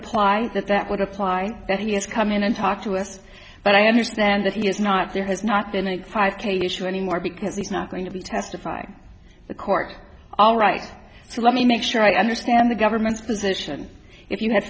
apply that that would apply that he has come in and talk to us but i understand that he is not there has not been a five k issue anymore because he's not going to be testifying the court all right so let me make sure i understand the government's position if you ha